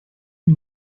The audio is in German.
den